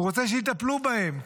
הוא רוצה שיטפלו בהם,